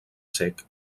cec